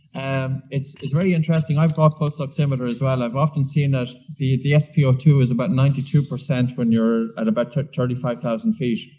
um it's it's very interesting. i've brought pulse oximeter as well. i've often seen that the the s p o two is about ninety two percent when you're at about thirty five thousand feet.